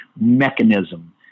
mechanism